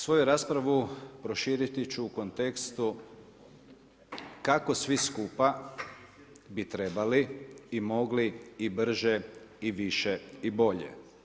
Svoju raspravu proširiti ću u kontekstu kako svi skupa bi trebali i mogli i brže i više i bolje.